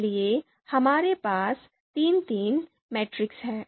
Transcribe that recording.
इसलिए हमारे पास तीन तीन मैट्रिक्स हैं